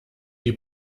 die